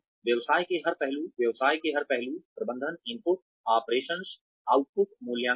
व्यवसाय के हर पहलू व्यवसाय के हर पहलू प्रबंधन इनपुट ऑपरेशन आउटपुट मूल्यांकन